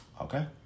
Okay